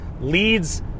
leads